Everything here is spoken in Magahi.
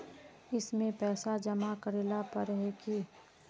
इसमें पैसा जमा करेला पर है की?